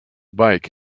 bike